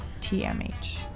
TMH